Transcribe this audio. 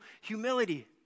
humility